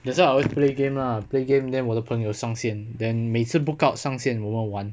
that's why I always play game lah play game then 我的朋友上线 then 每次 book out 上线我们玩